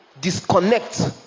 disconnect